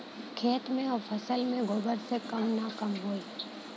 खेत मे अउर फसल मे गोबर से कम ना होई?